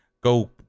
go